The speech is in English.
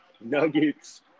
Nuggets